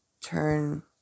turn